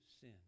sin